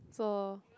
so